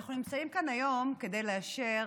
אנחנו נמצאים כאן היום כדי לאשר